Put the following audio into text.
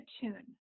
tune